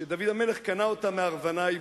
שדוד המלך קנה אותה מארוונה היבוסי.